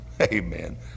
Amen